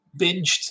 binged